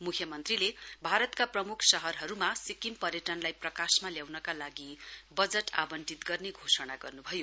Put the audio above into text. म्ख्यमन्त्रीले भारतका प्रमुख शहरहरूमा सिक्किम पर्यटनलाई प्रकाशमा ल्याउनका लागि बजट आवन्टित गर्ने घोषणा गर्न्भयो